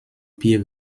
pied